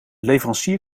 leverancier